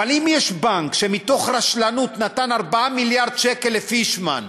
אבל אם יש בנק שמתוך רשלנות נתן 4 מיליארד שקל לפישמן,